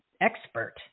expert